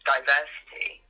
diversity